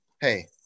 hey